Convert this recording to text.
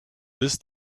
this